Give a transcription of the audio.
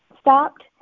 stopped